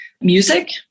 music